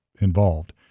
involved